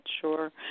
sure